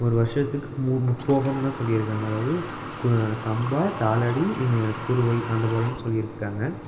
ஒரு வருசத்துக்கு முப்போகம்னு தான் சொல்லி இருக்காங்க அதாவது சம்பா தாலடி குருவை அத போலன்னு சொல்லி இருக்காங்க